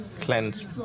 cleanse